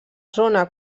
zona